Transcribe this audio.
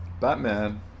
Batman